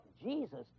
Jesus